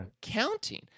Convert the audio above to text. counting